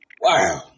Wow